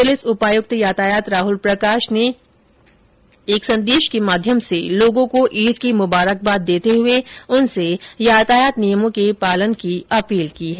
police उपायुक्त यातायात राहल प्रकाश ने एक संदेश के माध्यम से लोगों को ईद की मुबारकबाद देते हुए उनसे यातायात नियमों के पालन की अपील की है